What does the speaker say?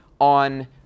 on